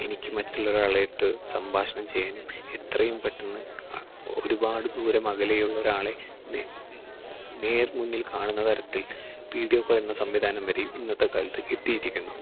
എനിക്ക് മറ്റുള്ളോരാളായിട്ട് സംഭാഷണം ചെയ്യാനും എത്രയും പെട്ടെന്ന് ഒരുപാട് ദൂരം അകലെയുള്ള ഒരാളെ നേർമുന്നിൽ കാണുന്ന തരത്തിൽ വീഡിയോകാൾ എന്ന സംവിധാനം വരേയും ഇന്നത്തെ കാലത്ത് എത്തിയിരിക്കുന്നു